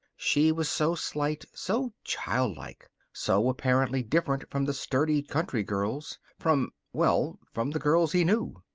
she was so slight, so childlike, so apparently different from the sturdy country girls. from well, from the girls he knew.